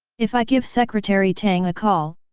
if i give secretary tang a call,